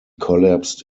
collapsed